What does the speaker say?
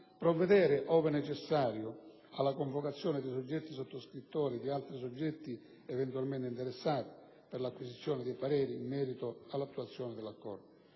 provvedere, ove necessario, alla convocazione dei soggetti sottoscrittori e di altri soggetti eventualmente interessati, per l'acquisizione dei pareri in merito all'attuazione dell'accordo;